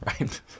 right